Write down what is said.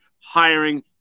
hiring